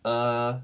err